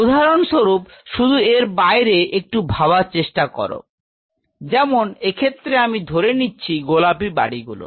উদাহরণস্বরূপ শুধু এর বাইরে একটু ভাবার চেষ্টা কর যেমন এক্ষেত্রে আমি ধরে নিচ্ছি গোলাপি বাড়িগুলো